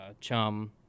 chum